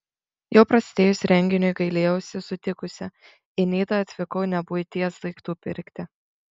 jau prasidėjus renginiui gailėjausi sutikusi į nidą atvykau ne buities daiktų pirkti